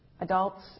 adults